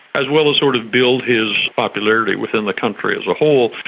as well as sort of build his popularity within the country as a whole,